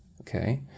okay